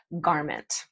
garment